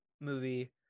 movie